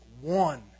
one